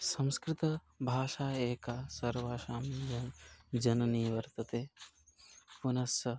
संस्कृतभाषा एका सर्वासां जननी वर्तते पुनश्च